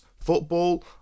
football